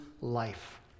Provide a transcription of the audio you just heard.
life